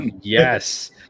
yes